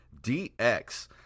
DX